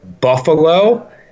Buffalo